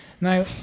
Now